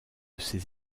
ces